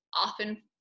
often